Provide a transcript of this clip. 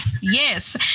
yes